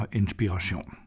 inspiration